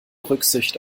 rücksicht